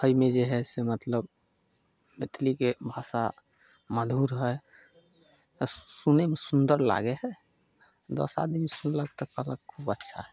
अइमे जे हइ से मतलब मैथिलीके भाषा मधुर हइ आओर सुनयमे सुन्दर लागय हइ दस आदमी सुनलक तऽ कहलक खूब अच्छा हइ